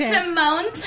Simone